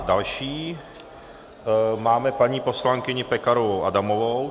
Další máme paní poslankyni Pekarovou Adamovou.